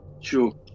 Sure